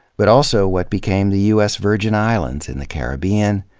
but also what became the u s. virgin islands in the caribbean,